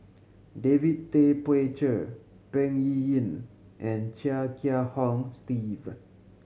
David Tay Poey Cher Peng Yuyun and Chia Kiah Hong Steve